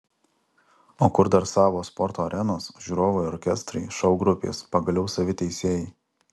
o kur dar savos sporto arenos žiūrovai orkestrai šou grupės pagaliau savi teisėjai